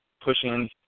pushing